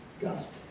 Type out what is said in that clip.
gospel